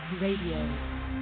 Radio